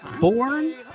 Born